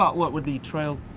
what with the trail,